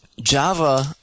Java